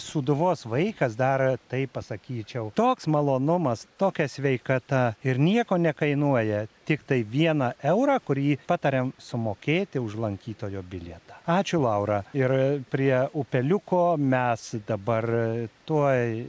sūduvos vaikas dar taip pasakyčiau toks malonumas tokia sveikata ir nieko nekainuoja tiktai vieną eurą kurį patariam sumokėti už lankytojo bilietą ačiū laura ir prie upeliuko mes dabar tuoj